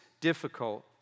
difficult